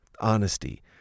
Honesty